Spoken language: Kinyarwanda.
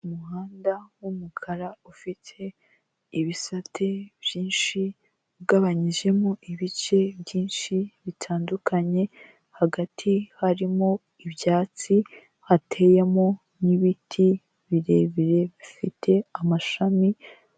Umuhanda w'umukara ufite ibisate byinshi, ugabanyijemo ibice byinshi bitandukanye hagati harimo ibyatsi, hateyemo n'ibiti birebire bifite amashami.